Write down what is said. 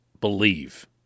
believe